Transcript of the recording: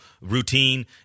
routine